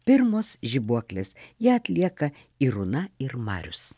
pirmos žibuoklės ją atlieka irūna ir marius